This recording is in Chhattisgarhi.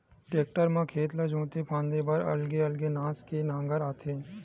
टेक्टर म खेत ला जोते फांदे बर अलगे अलगे नास के नांगर आथे